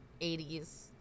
80s